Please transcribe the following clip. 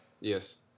Yes